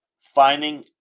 Finding